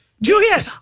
Julia